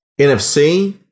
NFC